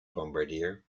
bombardier